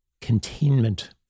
containment